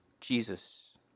Jesus